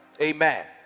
Amen